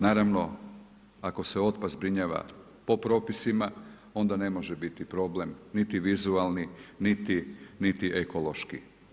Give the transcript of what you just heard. Naravno, ako se otpad zbrinjava po propisima, onda ne može biti problem niti vizualni niti ekološki.